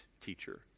teacher